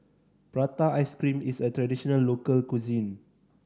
prata ice cream is a traditional local cuisine